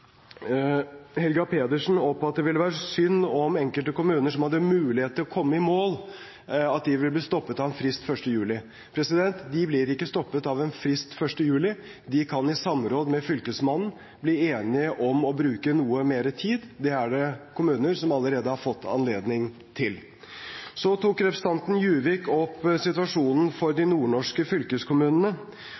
at det ville være synd om enkelte kommuner som hadde mulighet til å komme i mål, ble stoppet av en frist 1. juli. De blir ikke stoppet av en frist 1. juli. De kan i samråd med fylkesmannen bli enige om å bruke noe mer tid. Det er det kommuner som allerede har fått anledning til. Representanten Juvik tok opp situasjonen for de nordnorske fylkeskommunene.